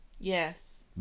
yes